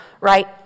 right